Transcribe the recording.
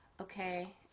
Okay